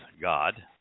God